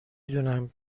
دونم